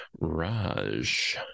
raj